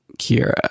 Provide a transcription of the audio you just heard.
Kira